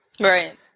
Right